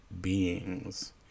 beings